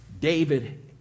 David